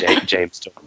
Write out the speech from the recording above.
James